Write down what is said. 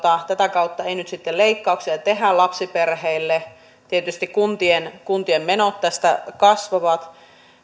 tätä kautta ei nyt sitten leikkauksia tehdä lapsiperheille tietysti kuntien kuntien menot tästä kasvavat